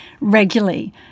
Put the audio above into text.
regularly